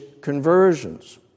conversions